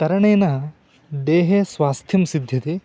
तरणेन देहे स्वास्थ्यं सिद्ध्यति